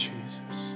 Jesus